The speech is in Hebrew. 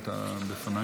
נורבגי?